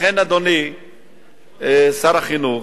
לכן, אדוני שר החינוך,